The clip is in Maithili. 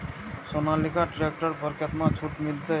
सोनालिका ट्रैक्टर पर केतना छूट मिलते?